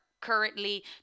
currently